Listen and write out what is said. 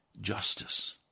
Justice